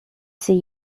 see